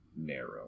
narrow